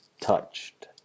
touched